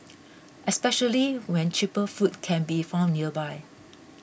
especially when cheaper food can be found nearby